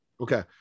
Okay